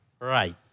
Right